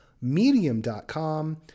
Medium.com